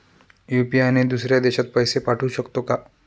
UPI ने दुसऱ्या देशात पैसे पाठवू शकतो का?